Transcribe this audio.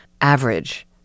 average